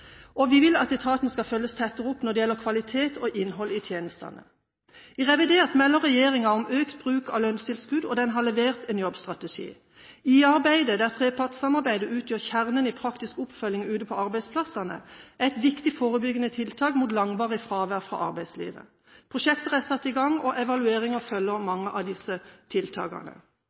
Vi vil at etaten skal følges tettere opp når det gjelder kvalitet og innhold i tjenestene. I revidert nasjonalbudsjett melder regjeringen om økt bruk av lønnstilskudd, og den har levert en jobbstrategi. IA-arbeidet, der trepartsamarbeidet utgjør kjernen i praktisk oppfølging ute på arbeidsplassene, er et viktig forebyggende tiltak mot langvarig fravær fra arbeidslivet. Prosjekter er satt i gang, og evalueringen følger mange av disse tiltakene.